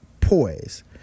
poise